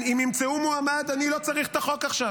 אם ימצאו מועמד, אני לא צריך את החוק עכשיו.